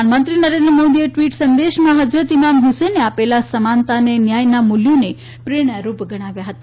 પ્રધાનમંત્રી નરેન્દ્ર મોદીએ ટવીટ સંદેશામાં હઝરત ઇમામ હ્સેને આપેલા સમાનતા અને ન્યાયના મુલ્યોને પ્રેરણારૂપ ગણાવ્યા હતા